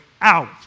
out